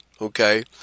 Okay